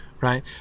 Right